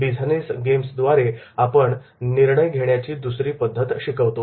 business गेम्सद्वारे व्यवसाय खेळ आपण निर्णय घेण्याची दुसरी पद्धत शिकवतो